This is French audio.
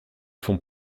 font